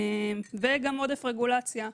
וגם עודף רגולציה.